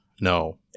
no